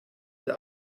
der